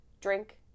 Drink